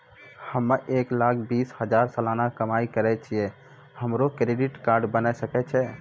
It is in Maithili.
हम्मय एक लाख बीस हजार सलाना कमाई करे छियै, हमरो क्रेडिट कार्ड बने सकय छै?